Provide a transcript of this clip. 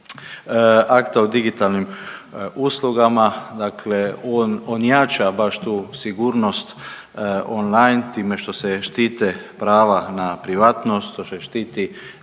akta o digitalnim uslugama, dakle on, on jača baš tu sigurnost online time što se štite prava na privatnost, što se štiti